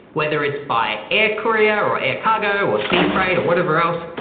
whether it's by air korea or or air cargo or sea freight or whatever else,